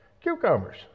cucumbers